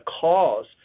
cause